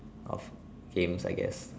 of games I guess